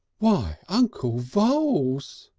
why, un-cle voules!